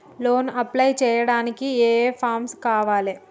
Loan apply చేయడానికి ఏం ఏం ఫామ్స్ కావాలే?